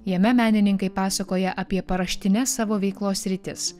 jame menininkai pasakoja apie paraštines savo veiklos sritis